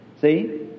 See